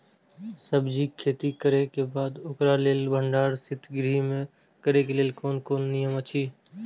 सब्जीके खेती करे के बाद ओकरा लेल भण्डार शित गृह में करे के लेल कोन कोन नियम अछि?